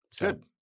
good